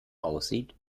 aussieht